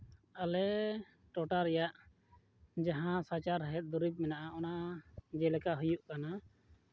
ᱟᱞᱮ ᱴᱚᱴᱷᱟ ᱨᱮᱭᱟᱜ ᱡᱟᱦᱟᱸ ᱥᱟᱪᱟᱨᱦᱮᱫ ᱫᱩᱨᱤᱵ ᱢᱮᱱᱟᱜᱼᱟ ᱚᱱᱟ ᱡᱮᱞᱮᱠᱟ ᱦᱩᱭᱩᱜ ᱠᱟᱱᱟ